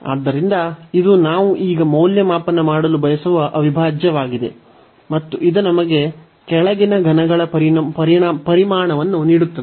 ಆದ್ದರಿಂದ ಇದು ನಾವು ಈಗ ಮೌಲ್ಯಮಾಪನ ಮಾಡಲು ಬಯಸುವ ಅವಿಭಾಜ್ಯವಾಗಿದೆ ಮತ್ತು ಇದು ನಮಗೆ ಕೆಳಗಿನ ಘನಗಳ ಪರಿಮಾಣವನ್ನು ನೀಡುತ್ತದೆ